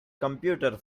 computer